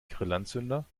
grillanzünder